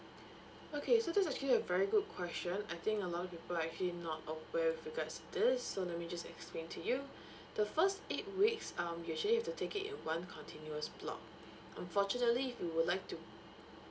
okay so that's actually a very good question I think a lot of people are actually not aware with regards to this so let me just explain to you the first eight weeks um usually you have to take it in one continuous block unfortunately if you would like to